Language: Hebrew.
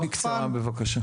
בקצרה בבקשה.